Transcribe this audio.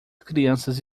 crianças